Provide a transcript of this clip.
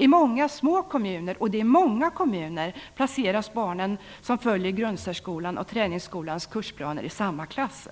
I många små kommuner - och det är många kommuner - placeras barnen som följer grundsärskolans och träningsskolans kursplaner i samma klass.